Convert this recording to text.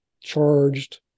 charged